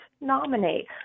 nominate